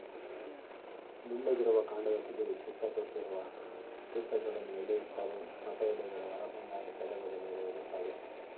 ದುಂಡಗಿರುವ ಕಾಂಡದ ತುದಿಲಿ ಚಿಕ್ಕ ತೊಟ್ಟಿರುವ ವೃತ್ತಜೋಡಣೆ ಎಲೆ ಇರ್ತವೆ ಹೊಸ ಎಲೆಗಳು ಹೊರಬಂದಾಗ ಕೆಳಭಾಗದ ಎಲೆ ಉದುರ್ತವೆ